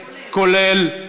כולל,